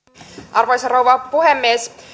arvoisa rouva puhemies